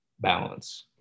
balance